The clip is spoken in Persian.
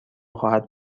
خواهد